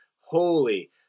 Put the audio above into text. holy